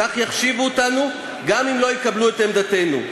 כך יחשיבו אותנו גם אם לא יקבלו את עמדתנו.